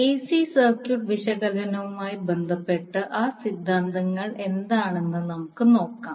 AC circuit വിശകലനവുമായി ബന്ധപ്പെട്ട് ആ സിദ്ധാന്തങ്ങൾ എന്താണെന്ന് നമുക്ക് നോക്കാം